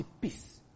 peace